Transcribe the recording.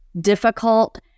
difficult